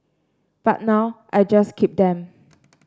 but now I just keep them